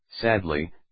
Sadly